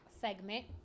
segment